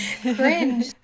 cringe